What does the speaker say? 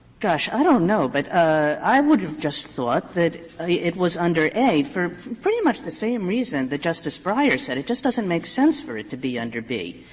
gosh, i don't know. but ah i would have just thought that it was under a for pretty much the same reason that justice breyer said. it just doesn't make sense for it to be under b.